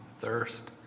thirst